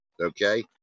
Okay